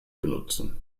benutzen